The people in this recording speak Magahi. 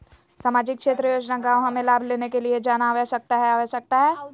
सामाजिक क्षेत्र योजना गांव हमें लाभ लेने के लिए जाना आवश्यकता है आवश्यकता है?